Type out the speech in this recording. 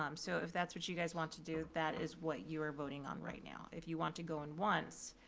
um so if that's what you guys want to do, that is what you are voting on right now. if you want to go in once,